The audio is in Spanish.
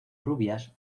rubias